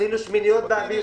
עשינו שמיניות באוויר,